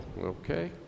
Okay